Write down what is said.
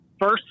First